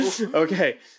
Okay